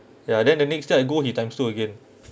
ya then the next time I go he times two again